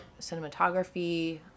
cinematography